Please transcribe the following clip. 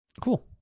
Cool